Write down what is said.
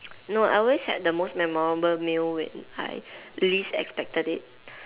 no I always had the most memorable meal when I least expected it